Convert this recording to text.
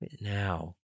Now